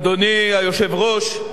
אדוני היושב-ראש,